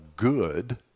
good